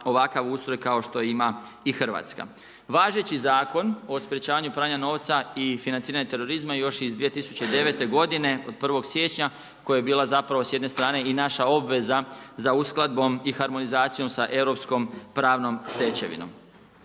ovakav ustroj kao što ima i Hrvatska. Važeći Zakon o sprečavanju pranja novca i financiranje terorizma još iz 2009. godine od 01. siječnja koje je bila zapravo s jedne strane i naša obveza za uskladbom i harmonizacijom sa europskom pravnom stečevinom.